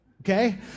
Okay